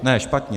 Ne, špatně.